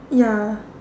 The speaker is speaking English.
ya